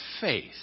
faith